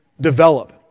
develop